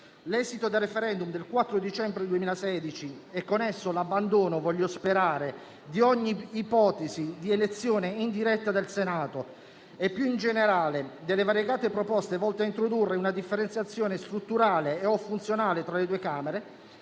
L'esito del *referendum* del 4 dicembre 2016 e con esso l'abbandono - voglio sperare - di ogni ipotesi di elezione indiretta del Senato e, più in generale, delle variegate proposte volte a introdurre una differenziazione strutturale o funzionale tra le due Camere